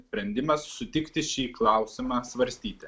sprendimas sutikti šį klausimą svarstyti